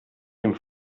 dem